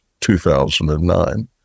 2009